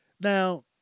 Now